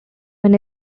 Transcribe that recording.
when